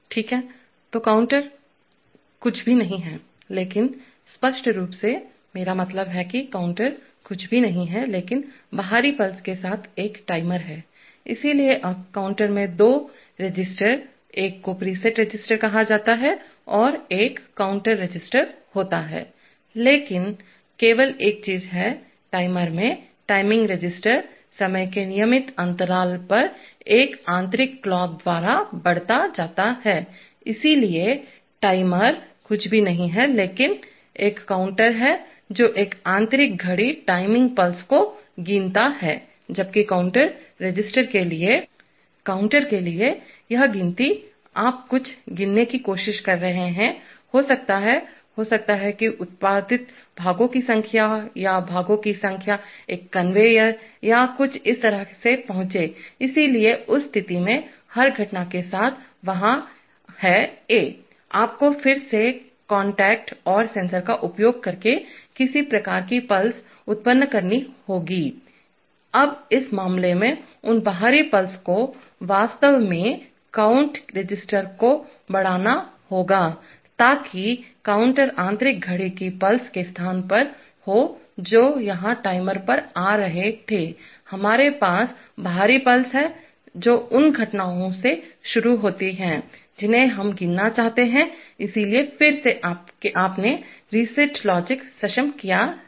ठीक है तो अब काउंटर कुछ भी नहीं है लेकिन स्पष्ट रूप से मेरा मतलब है कि काउंटर कुछ भी नहीं है लेकिन बाहरी पल्स के साथ एक टाइमर है इसलिए अब काउंटर में भी दो रजिस्टर एक को प्रीसेट रजिस्टर कहा जाता है और एक काउंट रजिस्टर होता है लेकिन केवल एक चीज है टाइमर में टाइमिंग रजिस्टर समय के नियमित अंतराल पर एक आंतरिक क्लॉक द्वारा बढ़ाया जाता है इसलिए टाइमर कुछ भी नहीं है लेकिन एक काउंटर है जो एक आंतरिक घड़ी टाइमिंग पल्स को गिनता है जबकि काउंट रजिस्टर के लिए काउंटर के लिए यह गिनती आप कुछ गिनने की कोशिश कर रहे हैं हो सकता है हो सकता है कि उत्पादित भागों की संख्या या भागों की संख्या एक कन्वेयर या कुछ इस तरह से पहुंचे इसलिए उस स्थिति में हर घटना के साथ वहाँ है a आपको फिर से कांटेक्ट और सेंसर का उपयोग करके किसी प्रकार की पल्स उत्पन्न करनी होगी अब इस मामले में उन बाहरी पल्स को वास्तव में काउंट रेसिस्टर को बढ़ाना होगा ताकि काउंटर आंतरिक घड़ी की पल्स के स्थान पर हो जो यहां टाइमर पर आ रहे थे हमारे पास बाहरी पल्स हैं जो उन घटनाओं से शुरू होती हैं जिन्हें हम गिनना चाहते हैं इसलिए फिर से आपने रीसेट लॉजिक सक्षम किया है